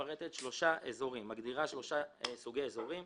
מגדירה שלושה סוגי אזורים: